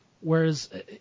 whereas